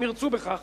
אם ירצו בכך,